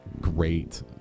great